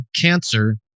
cancer